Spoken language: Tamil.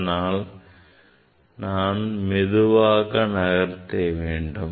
அதனால் நான் மெதுவாக நகர்த்த வேண்டும்